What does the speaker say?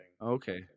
Okay